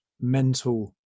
mental